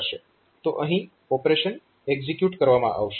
તો અહીં operation execute કરવામાં આવશે